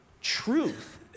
truth